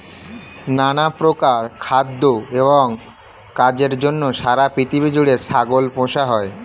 নানা প্রকার খাদ্য এবং কাজের জন্য সারা পৃথিবী জুড়ে ছাগল পোষা হয়